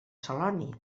celoni